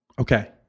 Okay